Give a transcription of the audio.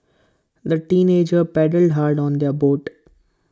the teenagers paddled hard on their boat